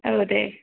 औ दे